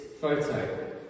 photo